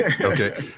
Okay